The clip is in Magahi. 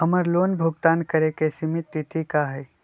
हमर लोन भुगतान करे के सिमित तिथि का हई?